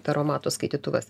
taromato skaitytuvas